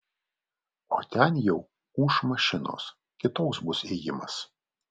o ten jau ūš mašinos kitoks bus ėjimas